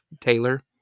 Taylor